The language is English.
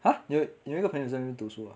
!huh! 你有你有一个朋友在那边读书啊